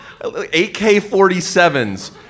AK-47s